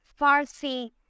Farsi